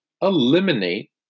eliminate